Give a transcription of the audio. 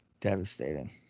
Devastating